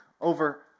over